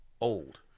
old